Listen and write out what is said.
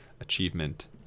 achievement